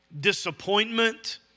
disappointment